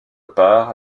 part